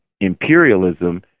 imperialism